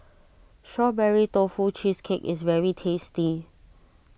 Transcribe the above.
Strawberry Tofu Cheesecake is very tasty